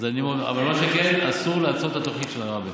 אז, אבל מה שכן, אסור לעצור את התוכנית של עראבה.